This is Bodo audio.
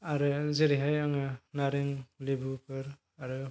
आरो जेरैहाय आङो नारें लेबुफोर